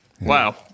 Wow